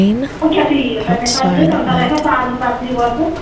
کٲلۍکٮ۪تھٕے یِیِو تَمی ساتہٕ ییٖزیو تَمہِ ساتہٕ آسہِ مےٚ تازٕ سَبزی وٲژمٕژ